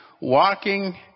walking